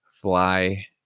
fly